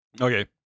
Okay